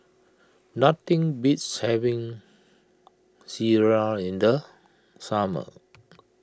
nothing beats having Sireh in the summer